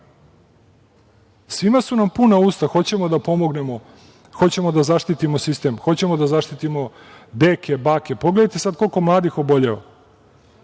tako. Svima su nam puna usta, hoćemo da pomognemo, hoćemo da zaštitimo sistem, hoćemo da zaštitimo deke, bake. Pogledajte koliko sada mladih oboljeva,